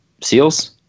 SEALs